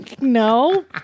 No